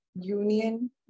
Union